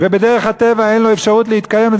ובדרך הטבע אין לו אפשרות להתקיים,